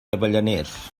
avellaners